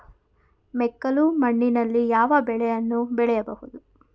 ಮೆಕ್ಕಲು ಮಣ್ಣಿನಲ್ಲಿ ಯಾವ ಬೆಳೆಯನ್ನು ಬೆಳೆಯಬಹುದು?